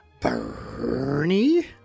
Bernie